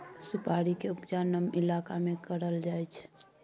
सुपारी के उपजा नम इलाका में करल जाइ छइ